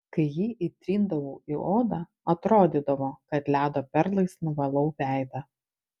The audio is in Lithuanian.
kai jį įtrindavau į odą atrodydavo kad ledo perlais nuvalau veidą